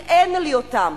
כי אין לי אותם?